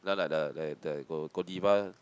like like the that that Godiva